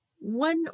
one